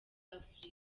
africa